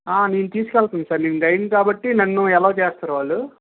ఆ నేను తీసుకెళ్తాను సార్ నేను గైడ్ ను కాబట్టి నన్ను అలౌ చేస్తారు వాళ్ళు